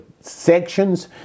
sections